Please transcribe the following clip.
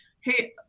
hey